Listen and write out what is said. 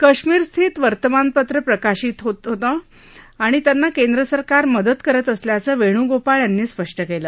कश्मीरस्थित वर्तमानपत्रं प्रकाशित होतं आणि त्यांना केंद्र सरकार मदत करत असल्याचं वेणुगोपाळ यांनी स्पष्ट केलं